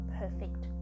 perfect